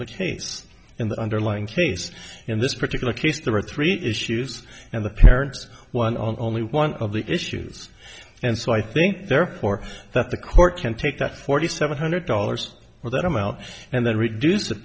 the case in the underlying case in this particular case there are three issues and the parents won on only one of the issues and so i think therefore that the court can take that forty seven hundred dollars or that amount and then reduce it